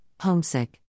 homesick